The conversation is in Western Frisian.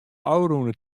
ôfrûne